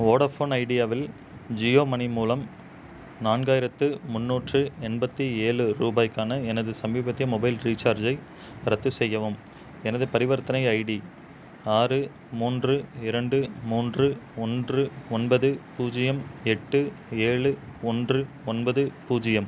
Vodafone ஐடியாவில் Jio money மூலம் நான்காயிரத்து முண்ணூற்று எண்பத்தி ஏழு ரூபாய்க்கான எனது சமீபத்திய மொபைல் ரீசார்ஜை ரத்துசெய்யவும் எனது பரிவர்த்தனை ஐடி ஆறு மூன்று இரண்டு மூன்று ஒன்று ஒன்பது பூஜ்ஜியம் எட்டு ஏழு ஒன்று ஒன்பது பூஜ்ஜியம்